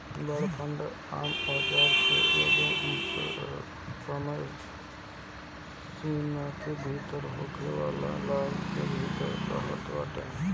bond fund आमतौर पअ एगो समय सीमा में भीतर होखेवाला लाभ के भुगतान करत हवे